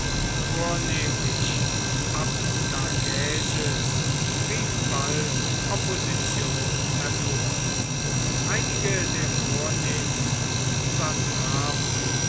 vornehmlich abdagaeses rief bald opposition hervor einige der vornehmsten